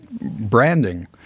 branding